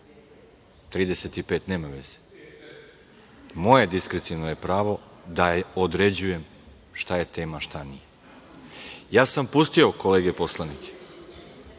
nema veze, moje diskreciono pravo je da određujem šta je tema šta nije. Ja sam pustio kolege poslanike